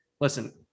Listen